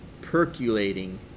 percolating